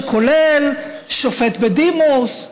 שכולל שופט בדימוס,